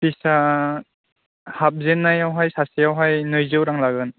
फिसआ हाबजेन्नायावहाय सासेयावहाय नै जौ रां लागोन